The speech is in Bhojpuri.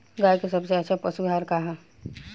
गाय के सबसे अच्छा पशु आहार का ह?